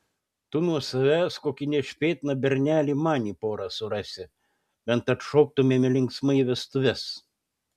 tu nuo savęs kokį nešpėtną bernelį man į porą surasi bent atšoktumėme linksmai vestuves